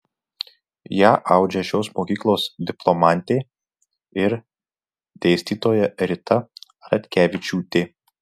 ją audžia šios mokyklos diplomantė ir dėstytoja rita ratkevičiūtė